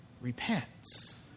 repents